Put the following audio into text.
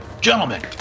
Gentlemen